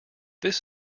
this